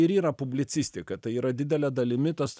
ir yra publicistika tai yra didele dalimi tas